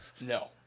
No